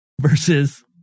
Versus